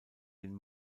den